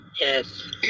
Yes